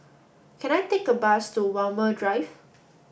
can I take a bus to Walmer Drive